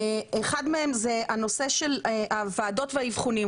אחד מהם זה הנושא של הוועדות והאבחונים.